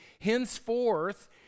henceforth